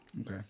Okay